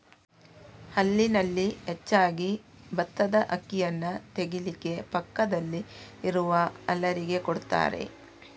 ಹಳ್ಳಿನಲ್ಲಿ ಹೆಚ್ಚಾಗಿ ಬತ್ತದಿಂದ ಅಕ್ಕಿಯನ್ನ ತೆಗೀಲಿಕ್ಕೆ ಪಕ್ಕದಲ್ಲಿ ಇರುವ ಹಲ್ಲರಿಗೆ ಕೊಡ್ತಾರೆ